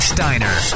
Steiner